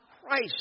Christ